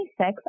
26